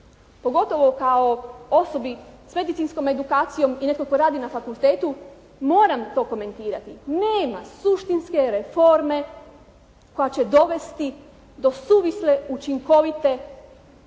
pogotovo kao osobi s medicinskom edukacijom i netko tko radi na fakultetu moram to komentirati. Nema suštinske reforme koja će dovesti do suvislog i učinkovitog